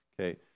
Okay